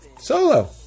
solo